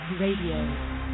Radio